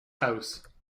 house